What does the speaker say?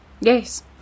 Yes